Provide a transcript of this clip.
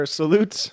salute